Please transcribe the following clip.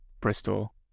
Bristol